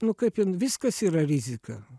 nu kaip jum viskas yra rizika